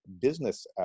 business